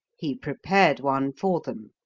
he prepared one for them.